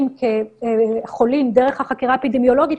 כחולים דרך החקירה האפידמיולוגית,